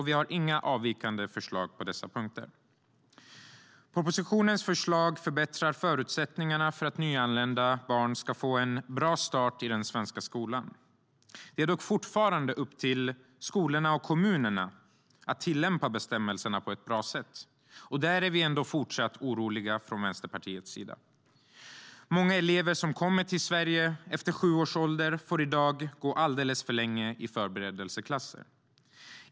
Vi har inga avvikande förslag på dessa punkter. Många elever som kommer till Sverige efter sju års ålder får i dag gå alldeles för länge i förberedelseklass.